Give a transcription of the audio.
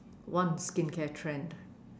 one skincare trend